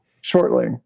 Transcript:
shortly